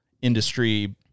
industry